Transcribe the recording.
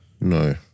No